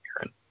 Aaron